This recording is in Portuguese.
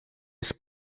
isso